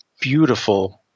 beautiful